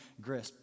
grip